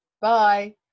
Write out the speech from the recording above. bye